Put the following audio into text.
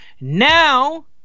Now